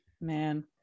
man